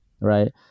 Right